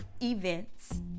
events